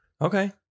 Okay